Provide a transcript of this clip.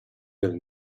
del